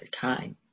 time